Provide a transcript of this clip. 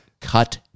cut